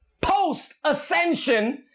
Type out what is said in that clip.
post-ascension